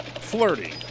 Flirty